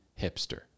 hipster